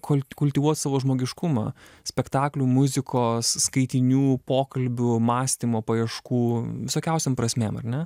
kol kultivuot savo žmogiškumą spektaklių muzikos skaitinių pokalbių mąstymo paieškų visokiausiom prasmėm ar ne